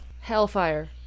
Hellfire